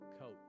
coat